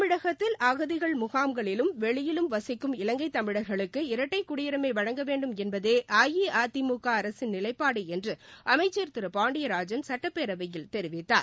தமிழகத்தில் அகதிகள் முகாம்களிலும் வெளியிலும் வசிக்கும் இலங்கை தமிழர்களுக்கு இரட்டை குடியுரிமை வழங்க வேண்டும் என்பதே அஇஅதிமுக அரசின் நிலைப்பாடு என்று அமைச்சா் திரு பாண்டியராஜன் சட்டப்பேரவையில் தெரிவித்தார்